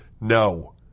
No